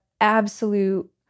absolute